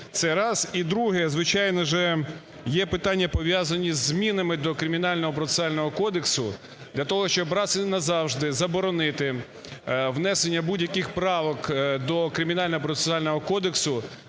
це раз. І друге. Звичайно ж, є питання, пов'язані зі змінами до Кримінального процесуального кодексу, для того щоб раз і назавжди заборонити внесення будь-яких правок до Кримінального процесуального кодексу